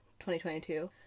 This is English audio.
2022